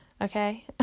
okay